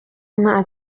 nta